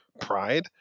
pride